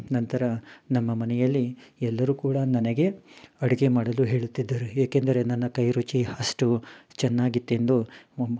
ನಂತರ ನಮ್ಮ ಮನೆಯಲ್ಲಿ ಎಲ್ಲರೂ ಕೂಡ ನನಗೆ ಅಡುಗೆ ಮಾಡಲು ಹೇಳುತ್ತಿದ್ದರು ಏಕೆಂದರೆ ನನ್ನ ಕೈ ರುಚಿ ಅಷ್ಟು ಚೆನ್ನಾಗಿತ್ತೆಂದು ಮ್